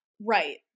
Right